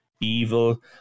evil